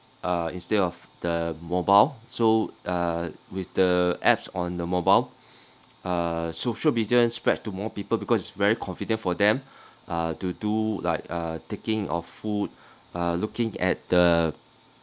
uh instead of the mobile so uh with the apps on the mobile uh social media spread to more people because it's very convenient for them uh to do like uh taking of food uh looking at the